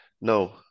No